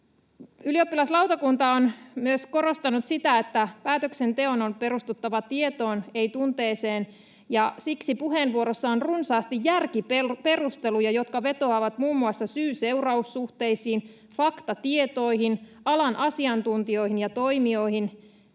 Ylioppilaslautakunta on myös korostanut sitä, että päätöksenteon on perustuttava tietoon, ei tunteeseen, ja siksi puheenvuorossa on runsaasti ”järkiperusteluja, jotka vetoavat muun muassa syy—seuraus-suhteisiin, faktatietoihin, alan asiantuntijoihin ja toimijoihin”.